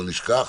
לא נשכח,